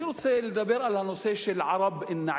אני רוצה לדבר על הנושא של ערב-אל-נעים.